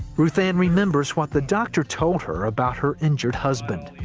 ruthanne remembers what the doctor told her about her injured husband.